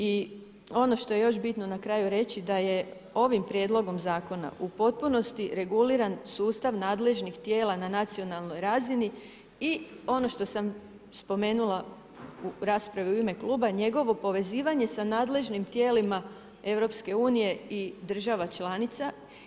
I ono što je još bitno, na kraju reći, da je ovim prijedlogom zakona u potpunosti reguliran sustav nadležnih tijela na nacionalnoj razini i ono što sam spomenula u raspravi u ime kluba je njegovo povezivanje sa nadležnim tijelima EU i država članica.